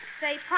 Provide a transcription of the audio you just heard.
Say